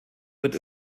wird